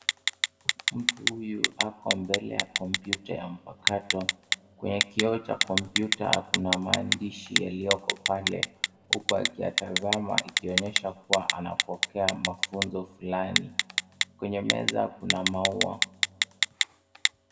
Mtu huyu ako mbele ya kompyuta ya mpakato. Kwenye kioo cha kompyuta kuna maandishi yalioko pale huku akiyatazama ikionyesha kuwa anapokea mafunzo fulani. Kwenye meza kuna maua.